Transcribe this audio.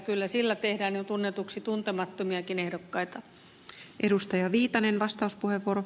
kyllä sillä tehdään jo tunnetuksi tuntemattomiakin ehdokkaita